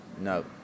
no